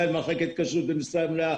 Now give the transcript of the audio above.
ללא מנהל מחלקת כשרות במשרה מלאה.